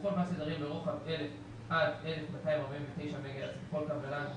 לכל פס תדרים ברוחב 1,000 עד 1,249 מגה-הרץ בכל קו נל"ן,